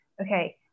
okay